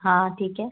हाँ ठीक है